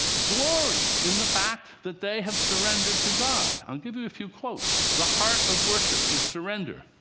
glory in the fact that they have surrendered to god. i'll give you a few quotes. the heart of worship is surrender.